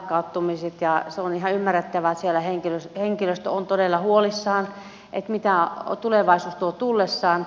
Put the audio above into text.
se on ihan ymmärrettävää että siellä henkilöstö on todella huolissaan mitä tulevaisuus tuo tullessaan